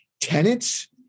tenants